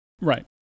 Right